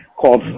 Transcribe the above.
called